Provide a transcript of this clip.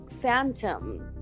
phantom